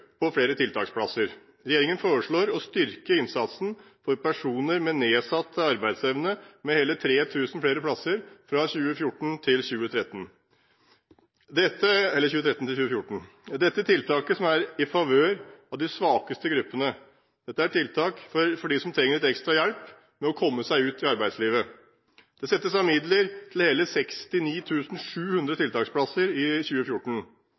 på flere tiltaksplasser. Regjeringen foreslår å styrke innsatsen for personer med nedsatt arbeidsevne med hele 3 000 flere plasser fra 2013 til 2014. Dette tiltaket, som er i favør av de svakeste gruppene, er tiltak for dem som trenger litt ekstra hjelp med å komme seg ut i arbeidslivet. Det settes av midler til hele 69 700 tiltaksplasser i 2014.